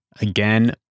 again